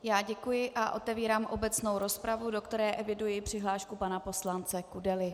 Já děkuji a otevírám obecnou rozpravu, do které eviduji přihlášku pana poslance Kudely.